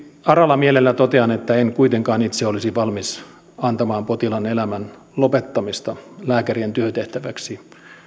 aralla mielellä totean että en kuitenkaan itse olisi valmis antamaan potilaan elämän lopettamista lääkärien työtehtäväksi